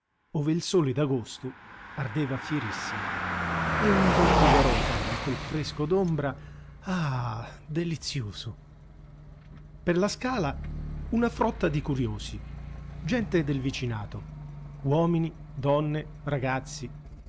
ove il sole d'agosto ardeva fierissimo e un odor di garofani in quel fresco d'ombra ah delizioso per la scala una frotta di curiosi gente del vicinato uomini donne ragazzi